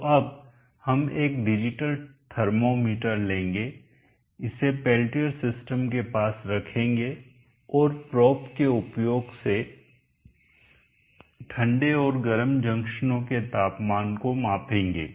तो अब हम एक डिजिटल थर्मामीटर लेंगे इसे पेल्टियर सिस्टम के पास रखेंगे और प्रोब के उपयोग से ठंडे और गर्म जंक्शनों के तापमान को मापेंगे